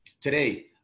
today